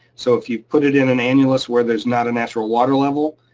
so if you put it in an annulus where there's not a natural water level,